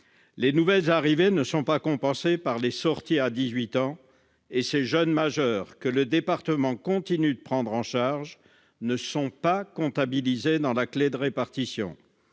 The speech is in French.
Les nouvelles arrivées ne sont pas compensées par les sorties à 18 ans, et ces jeunes majeurs, que le département continue de prendre en charge, ne sont pas comptabilisés dans la clé de répartition.